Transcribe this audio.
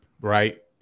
right